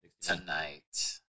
tonight